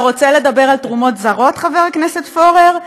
אתה רוצה לדבר על תרומות זרות, חבר הכנסת פורר?